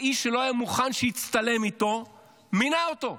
האיש שלא היה מוכן להצטלם איתו מינה אותו.